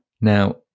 Now